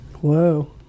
whoa